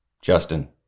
Justin